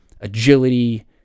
agility